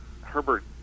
herbert